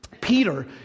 Peter